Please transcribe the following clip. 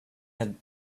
had